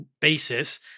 basis